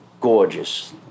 gorgeous